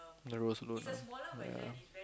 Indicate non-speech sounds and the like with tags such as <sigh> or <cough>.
the rose alone <noise> ya